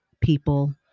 people